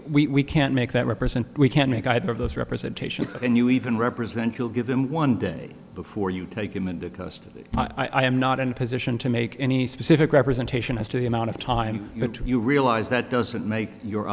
know we can't make that represent we can make either of those representations and you even represent you'll give them one day before you take him into custody i am not in a position to make any specific representation as to the amount of time but do you realize that doesn't make your